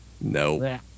No